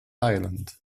island